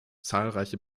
zahlreiche